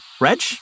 Reg